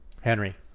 Henry